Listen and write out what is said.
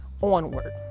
onward